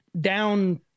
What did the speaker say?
down